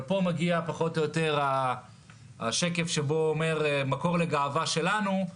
אבל פה מגיע פחות או יותר השקף שאומר: מקור לגאווה שלנו,